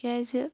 تِکیٛازِ